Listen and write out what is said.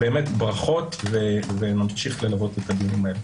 ברכות ונמשיך ללוות את הדיונים האלה.